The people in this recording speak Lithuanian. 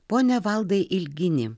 pone valdai ilgini